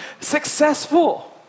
successful